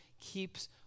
keeps